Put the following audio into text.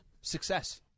Success